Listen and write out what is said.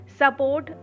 support